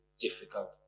difficult